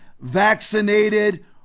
vaccinated